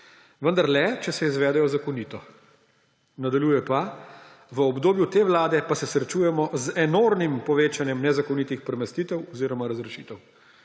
vendar le, če so izvedene zakonito.« Nadaljuje pa: »V obdobju te vlade pa se srečujemo z enormnim povečanjem nezakonitih premestitev oziroma razrešitev.«